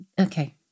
okay